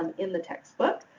um in the textbook.